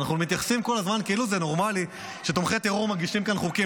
אנחנו מתייחסים כל הזמן כאילו זה נורמלי שתומכי טרור מגישים כאן חוקים.